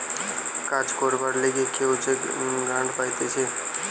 কাজ করবার লিগে কেউ যে গ্রান্ট পাইতেছে